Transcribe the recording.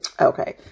Okay